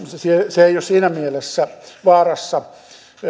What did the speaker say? se ei ole siinä mielessä vaarassa